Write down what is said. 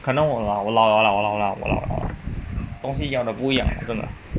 可能我老老老老老了东西一样的不一样了真的